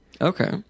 Okay